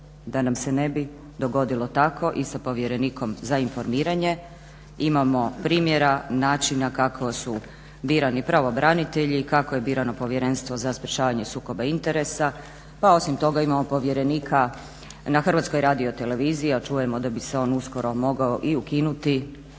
da nam se ne bi dogodilo tako i sa povjerenikom za informiranje. Imamo primjera, načina kako su birani pravobranitelji, kako je birano povjerenstvo za sprječavanje sukoba interesa, pa osim toga imamo povjerenika na HRT, a čujemo da bi se on uskoro mogao i ukinuti,